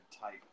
type